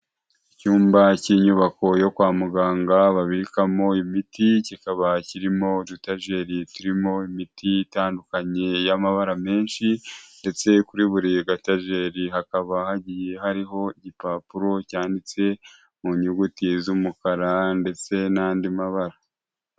Icyumba cy'inyubako yo kwa muganga babikamo imiti, kikaba kirimo dutageri turimo imiti itandukanye y'amabara menshi ndetse kuri buri gatageri hakaba hagiye hariho igipapuro cyanditse mu nyuguti z'umukara ndetse n'andi mabara.